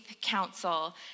Council